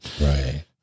Right